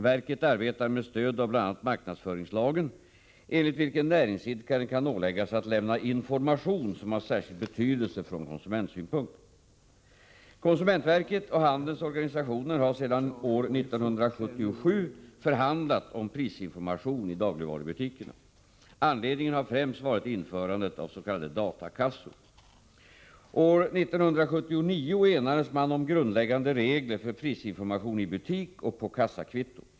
Verket arbetar med stöd av bl.a. marknadsföringslagen enligt vilken näringsidkaren kan åläggas att lämna information som har särskild betydelse från konsumentsynpunkt. Konsumentverket och handelns organisationer har sedan år 1977 förhandlat om prisinformation i dagligvarubutikerna. Anledningen har främst varit införandet av s.k. datakassor. År 1979 enades man om grundläggande regler för prisinformation i butik och på kassakvitto.